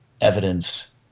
evidence